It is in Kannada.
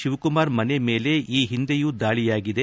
ಶಿವಕುಮಾರ್ ಮನೆ ಮೇಲೆ ಈ ಹಿಂದೆಯೂ ದಾಳಿಯಾಗಿದೆ